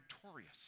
victorious